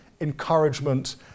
encouragement